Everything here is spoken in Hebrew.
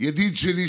ידיד שלי,